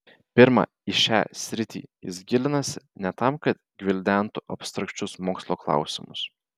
pirma į šią sritį jis gilinasi ne tam kad gvildentų abstrakčius mokslo klausimus